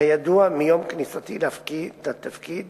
כידוע, מיום כניסתי לתפקיד